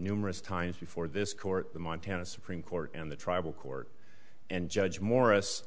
numerous times before this court the montana supreme court and the tribal court and judge morris